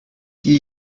qu’il